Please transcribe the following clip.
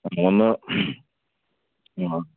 നമ്മളൊന്ന്